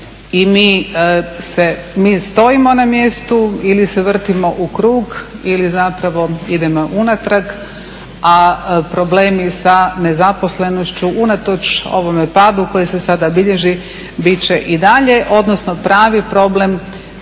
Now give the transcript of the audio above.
i mi stojimo na mjestu ili se vrtimo u krug ili zapravo idemo unatrag, a problemi sa nezaposlenošću unatoč ovome padu koji se sada bilježi bit će i dalje odnosno pravi problem